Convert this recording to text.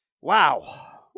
Wow